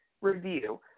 review